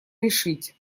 решить